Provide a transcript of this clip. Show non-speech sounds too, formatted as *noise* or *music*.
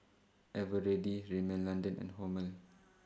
Eveready Rimmel London and Hormel *noise*